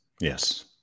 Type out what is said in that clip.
Yes